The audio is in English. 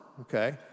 okay